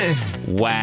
Wow